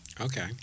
Okay